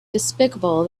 despicable